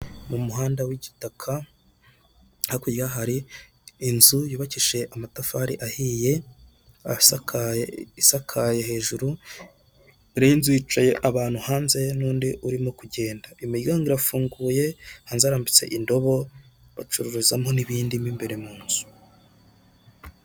Mu muhanda w'igitaka hakurya hari inzu yubakishije amatafari ahiye isakaye hejuru, mu inzu hicaye abantu hanze n'undi urimo kugenda, imiryango irafunguye hanze harambitse indobo bacururizamo n'ibindi' mu imbere mu nzu.